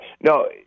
no